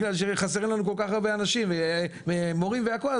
כי חסרים לנו כל כך הרבה אנשים ומורים והכל.